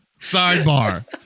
Sidebar